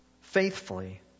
faithfully